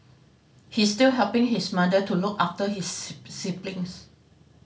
he is still helping his mother to look after his siblings